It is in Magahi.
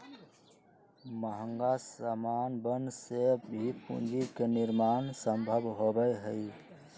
महंगा समनवन से भी पूंजी के निर्माण सम्भव होबा हई